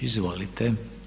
Izvolite.